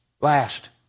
Last